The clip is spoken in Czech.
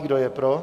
Kdo je pro?